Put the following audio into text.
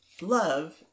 love